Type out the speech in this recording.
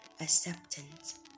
acceptance